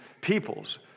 peoples